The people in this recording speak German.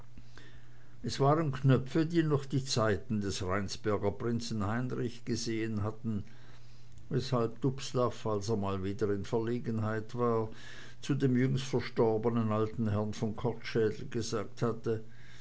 es waren knöpfe die noch die zeiten des rheinsberger prinzen heinrich gesehen hatten weshalb dubslav als er mal wieder in verlegenheit war zu dem jüngst verstorbenen alten herrn von kortschädel gesagt hatte